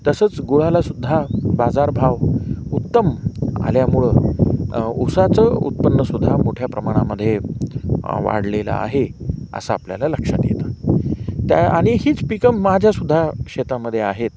तसंच गुळालासुद्धा बाजारभाव उत्तम आल्यामुळं ऊसाचं उत्पन्नसुद्धा मोठ्या प्रमाणामध्ये वाढलेलं आहे असं आपल्याला लक्षात येतं त्या आणि हीच पिकं माझ्यासुद्धा शेतामध्ये आहेत